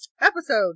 episode